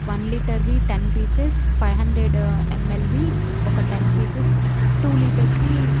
one లీటర్వి ten pieces five hundred ఎంఎల్వి ఒక టెన్ పీసెస్ టూ లీటర్స్వి